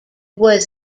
was